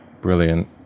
brilliant